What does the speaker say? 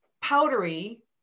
powdery